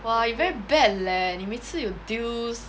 !wah! you very bad leh 你每次有 deals